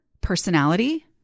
personality